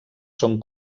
són